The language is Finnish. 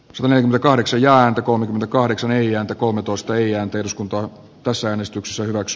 suomen rooliksi jää kolmekymmentäkahdeksan eli ääntä kolmetoista ja peruskuntoa tässä äänestyksessä brax